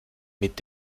mit